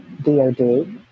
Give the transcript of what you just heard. dod